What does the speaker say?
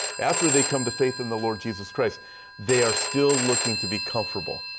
after they come to faith in the lord jesus christ they are still looking to be comfortable.